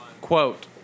quote